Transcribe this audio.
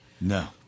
No